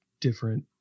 different